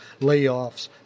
layoffs